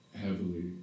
heavily